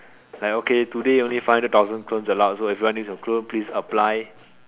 like okay today only five thousand clones aloud so if you want to use your clone please apply